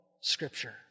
Scripture